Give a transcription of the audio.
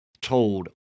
told